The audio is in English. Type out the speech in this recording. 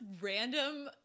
random